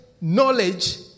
knowledge